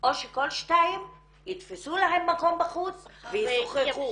או שכל שתיים יתפסו להם מקום בחוץ וידברו.